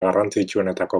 garrantzitsuenetako